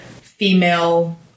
female